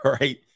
Right